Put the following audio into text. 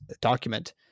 document